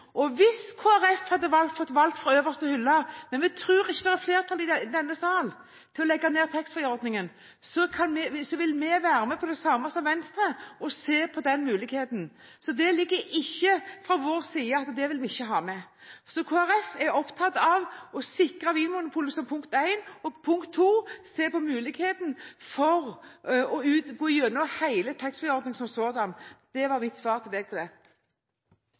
fra øverste hylle – vi tror ikke det er flertall i denne salen for å legge ned taxfree-ordningen – så vil vi være med på det samme som Venstre, å se på den muligheten. Det ligger ikke fra vår side at vi ikke vil ha med det. Kristelig Folkeparti er opptatt av å sikre Vinmonopolet som punkt én, og som punkt to å se på muligheten for å gå gjennom hele taxfree-ordningen som sådan. Det var mitt svar på det. Det kom ein del